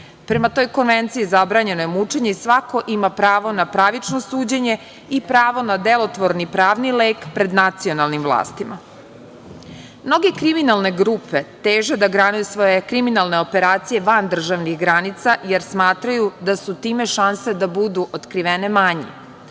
Prema toj Konvenciji, zabranjeno je mučenje i svako ima pravo na pravično suđenje i pravo na delotvorni pravni lek pred nacionalnim vlastima. Mnoge kriminalne grupe teže da grade svoje kriminalne operacije van državnih granica, jer smatraju da su time šanse da budu otkrivene manje.